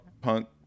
punk